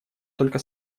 только